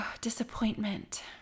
disappointment